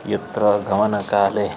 यत्र गमनकाले